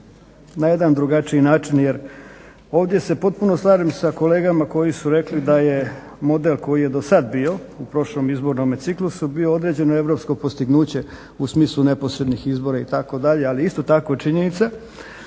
na jedan drugačiji način jer ovdje se potpuno slažem sa kolegama koji su rekli da je model koji je dosad bio u prošlom izbornome ciklusu bio određeno europsko postignuće u smislu neposrednih izbora itd. Ali je isto tako činjenica